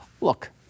Look